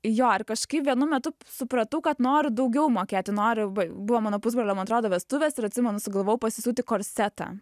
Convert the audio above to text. jo ir kažkaip vienu metu supratau kad noriu daugiau mokėti noriu bai buvo mano pusbrolio man atrodo vestuvės ir atsimenu sugalvojau pasisiūti korsetą